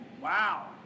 wow